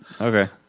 Okay